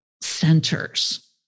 centers